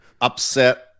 upset